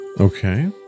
Okay